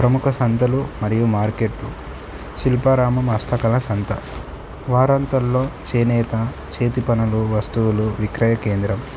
ప్రముఖ సంతలు మరియు మార్కెట్లు శిల్పారామం హస్తకళ సంత వారాంతంలో చేనేత చేతి పనులు వస్తువులు విక్రయ కేంద్రం